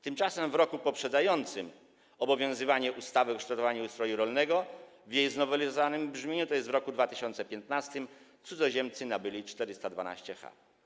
Tymczasem w roku poprzedzającym obowiązywanie ustawy o kształtowaniu ustroju rolnego w jej znowelizowanym brzmieniu, tj. w roku 2015, cudzoziemcy nabyli 412 ha.